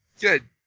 Good